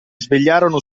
svegliarono